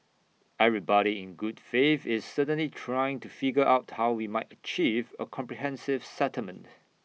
everybody in good faith is certainly trying to figure out how we might achieve A comprehensive settlement